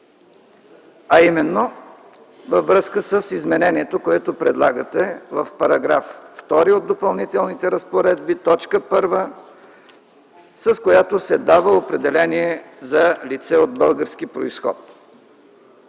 а именно във връзка с изменението, което предлагате в § 2, т. 1 от Допълнителните разпоредби, с която се дава определение за лице от български произход.